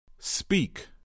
Speak